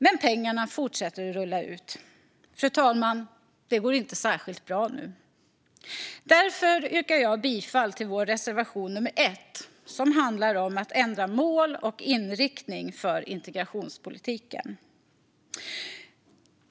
Men pengarna fortsätter att rulla ut. Fru talman! Det går inte särskilt bra nu. Därför yrkar jag bifall till vår reservation nummer 1, som handlar om att ändra mål och inriktning för integrationspolitiken.